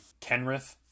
Kenrith